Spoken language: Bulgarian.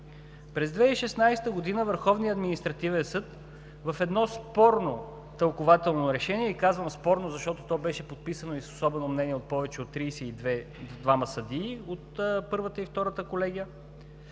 През 2016 г. Върховният административен съд в едно спорно тълкувателно решение, казвам спорно, защото то беше подписано и с „особено мнение“ от повече от 32-ма съдии от Първата и Втората колегия,